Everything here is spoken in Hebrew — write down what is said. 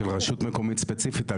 של רשות מקומית ספציפית,